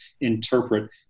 interpret